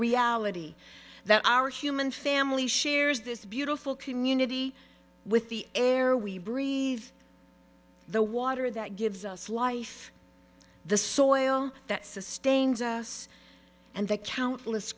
reality that our human family shares this beautiful community with the air we breathe the water that gives us life the soil that sustains us and the countless